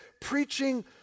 preaching